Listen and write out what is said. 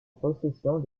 possession